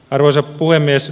arvoisa puhemies